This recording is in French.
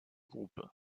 groupe